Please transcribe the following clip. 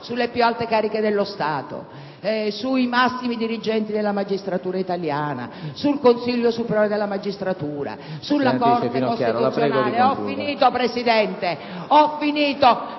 sulle più alte cariche dello Stato, sui massimi dirigenti della magistratura italiana, sul Consiglio superiore della magistratura, sulla Corte costituzionale... PRESIDENTE. Senatrice